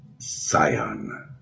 Sion